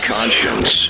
Conscience